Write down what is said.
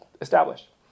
established